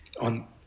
on